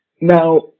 now